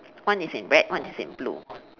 one is in red one is in blue